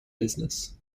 business